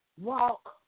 walk